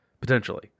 potentially